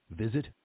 Visit